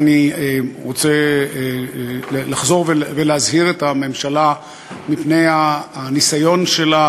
ואני רוצה לחזור ולהזהיר את הממשלה מפני הניסיון שלה,